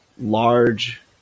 large